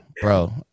Bro